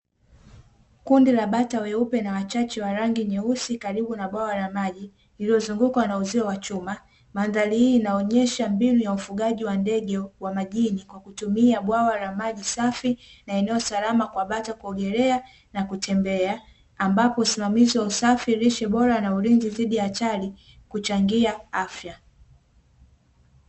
Kundi la bata weupe na wachache wa rangi nyeusi karibu na bwawa la maji, lililozungukwa na uzio wa chuma, mandhari hii inaonyesha mbinu ya ufugaji wa ndege wa majini, kwa kutumia bwawa la maji safi, na eneo salama kwa bata kuogelea na kutembea, ambapo usimamizi wa usafi, lishe bora na ulinzi dhidi ya achali kuchangia afya.